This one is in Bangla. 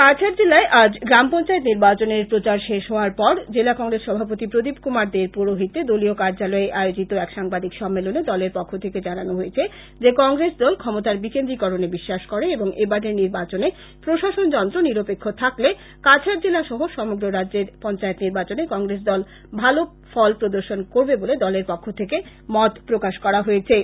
কাছাড় জেলায় আজ গ্রাম পঞ্চায়েত নির্বাচনের প্রচার শেষ হওয়ার পর জেলা কংগ্রেস সভাপতি প্রদীপ কুমার দে র পৌরহিত্যে দলীয় কর্য্যালয়ে আয়োজিত এক সাংবাদিক সম্মেলনে দলের পক্ষ থেকে জানানো হয় যে কংগ্রেস দল ক্ষমতার বিকেন্দ্রীকরনে বিশ্বাস করে এবং এবারের নির্বাচনে প্রশাসন যন্ত্র নিরপেক্ষ থাকলে কাছাড় জেলা সহ সমগ্র রাজ্যের পঞ্চায়েত নির্বাচনে কংগ্রেস দল ভাল ফল প্রর্দশন করবে বলে দলে পক্ষ থেকে দাবী করা হয়েছে